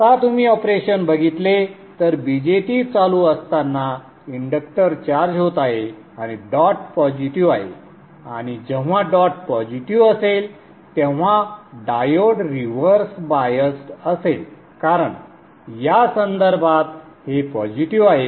आता तुम्ही ऑपरेशन बघितले तर BJT चालू असताना इंडक्टर चार्ज होत आहे आणि डॉट पॉझिटिव्ह आहे आणि जेव्हा डॉट पॉझिटिव्ह असेल तेव्हा डायोड रिव्हर्स बायस्ड असेल कारण या संदर्भात हे पॉझिटिव्ह आहे